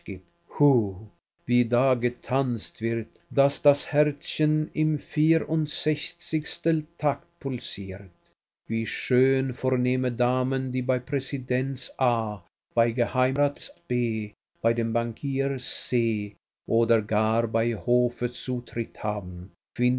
wie da getanzt wird daß das herzchen im vierundsechzigstel takt pulsiert wie schön vornehme damen die bei präsidents a bei geheimrats b bei dem bankier c oder gar bei hofe zutritt haben